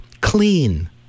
clean